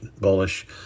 bullish